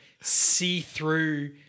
see-through